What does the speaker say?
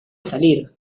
salir